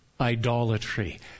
idolatry